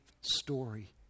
story